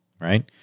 right